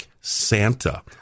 Santa